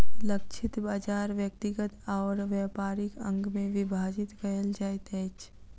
लक्षित बाजार व्यक्तिगत और व्यापारिक अंग में विभाजित कयल जाइत अछि